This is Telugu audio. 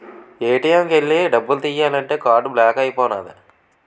ఏ.టి.ఎం కు ఎల్లి డబ్బు తియ్యాలంతే కార్డు బ్లాక్ అయిపోనాది